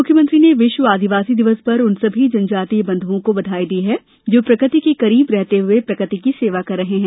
मुख्यमंत्री ने विश्व आदिवासी दिवस पर उन सभी जनजातीय बंध्ओं को बधाई दी है जो प्रकृति के करीब रहते हुए प्रकृति की सेवा कर रहे हैं